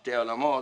שני עולמות.